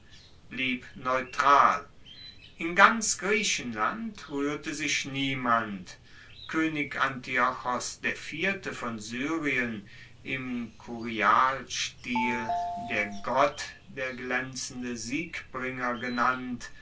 blieb neutral in ganz griechenland ruehrte sich niemand koenig antiochos iv von syrien im kurialstil der gott der glaenzende siegbringer genannt